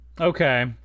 Okay